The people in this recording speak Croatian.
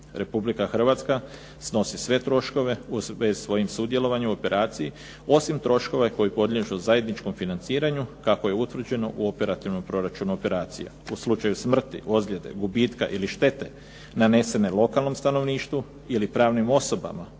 Republika Hrvatska snosi sve troškove u svom sudjelovanju u operaciji osim troškove koji podliježu zajedničkom financiranju kako je utvrđeno u operativnom proračunu operacija. U slučaju smrti, ozljede, gubitka ili štete nanesene lokalnom stanovništvu ili pravnim osobama